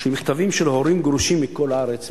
של מכתבים של הורים גרושים מכל הארץ,